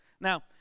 Now